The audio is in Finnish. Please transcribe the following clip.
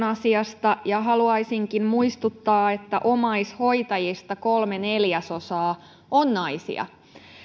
asiasta haluaisinkin muistuttaa että omaishoitajista kolme neljäsosaa on naisia